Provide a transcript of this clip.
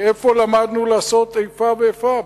מאיפה למדנו לעשות איפה ואיפה,